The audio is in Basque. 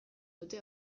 dute